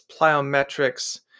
plyometrics